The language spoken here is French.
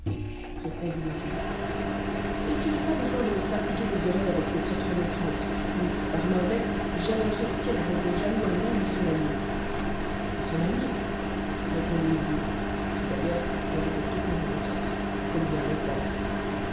répondit nizib et tu n'as pas besoin de me fatiguer les oreilles avec tes sottes remontrances ou par mahomet j'allongerai les tiennes à rendre jaloux un âne et son ânier et son ânier répondit nizib qui d'ailleurs n'avait fait aucune remontrance comme bien l'on pense